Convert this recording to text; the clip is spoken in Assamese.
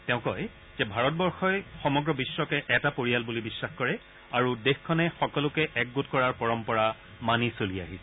তেওঁ কয় যে ভাৰতবৰ্যই সমগ্ৰ বিশ্বকে এটা পৰিয়াল বুলি বিশ্বাস কৰে আৰু দেশখনে সকলোকে একগোট কৰাৰ পৰম্পৰা মানি চলি আহিছে